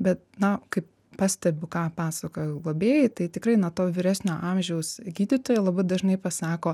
bet na kaip pastebiu ką pasakoja globėjai tai tikrai nuo to vyresnio amžiaus gydytojai labai dažnai pasako